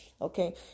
okay